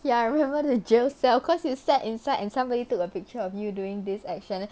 ya I remember the jail cell cause you sat inside and somebody took a picture of you doing this action